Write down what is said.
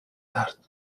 tard